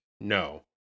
no